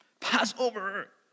Passover